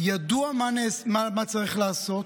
ידוע מה צריך לעשות,